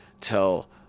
tell